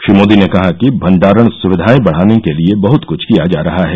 श्री मोदी ने कहा कि भंडारण सुविधाए बढ़ाने के लिए बहुत कुछ किया जा रहा है